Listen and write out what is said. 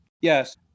Yes